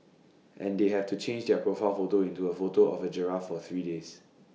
and they have to change their profile photo into A photo of A giraffe for three days